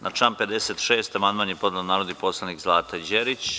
Na član 56. amandman je podnela narodna poslanica Zlata Đerić.